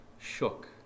shook